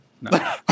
no